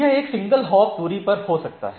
यह एक single hop दूरी पर हो सकता है